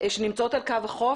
שנמצאות על קו החוף